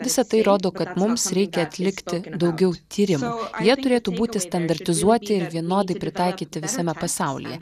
visa tai rodo kad mums reikia atlikti daugiau tyrimų jie turėtų būti standartizuoti ir vienodai pritaikyti visame pasaulyje